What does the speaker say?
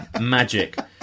Magic